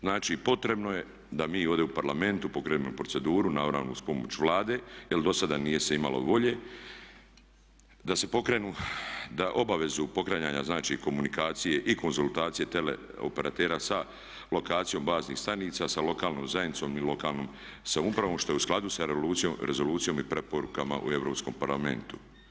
Znači potrebno je da mi ovdje u Parlamentu pokrenemo proceduru naravno uz pomoć Vlade jer do sada nije se imalo volje, da se pokrenu, da obavezu pokretanja znači komunikacije i konzultacije teleoperatera sa lokacijom baznih stanica sa lokalnom zajednicom i lokalnom samoupravom što je u skladu sa rezolucijom i preporukama u Europskom parlamentu.